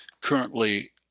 currently